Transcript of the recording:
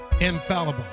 infallible